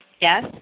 Yes